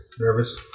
nervous